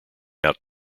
out